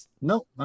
no